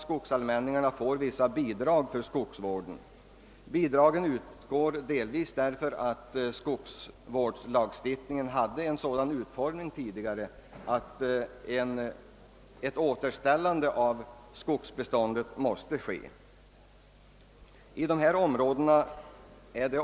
Skogsallmänningarna får vissa bidrag till skogsvård, vilka utgår delvis därför att skogsvårdslagstiftningen tidigare hade en sådan utformning, att ett återställande av skogsbeståndet är nödvändigt.